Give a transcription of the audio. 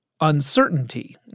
uncertainty